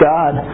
God